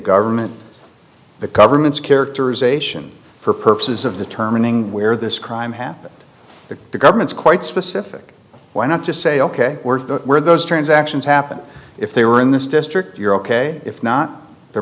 government the government's characterization for purposes of determining where this crime happened that the government's quite specific why not just say ok we're where those transactions happened if they were in this district you're ok if not there